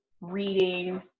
reading